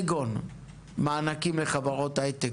כגון מענקים לחברות הייטק,